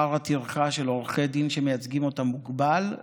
שכר הטרחה של עורכי דין שמייצגים אותם מוגבל,